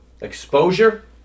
exposure